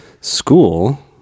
school